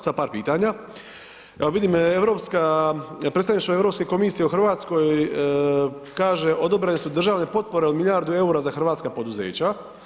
Sad par pitanja, evo vidim europska, predstavništvo Europske komisije u RH kaže odobrene su državne potpore od milijardu EUR-a za hrvatska poduzeća.